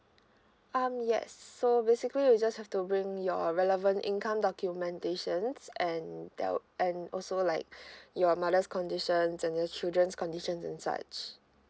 um yes so basically you just have to bring your relevant income documentations and there and also like your mother's conditions and your children's conditions and such